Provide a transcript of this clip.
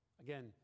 Again